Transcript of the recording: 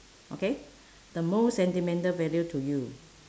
okay the most sentimental value to you